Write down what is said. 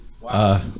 Wow